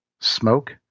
smoke